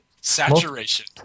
Saturation